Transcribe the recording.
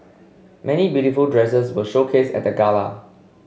many beautiful dresses were showcased at gala